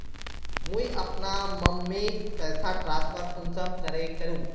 मुई अपना मम्मीक पैसा ट्रांसफर कुंसम करे करूम?